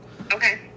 Okay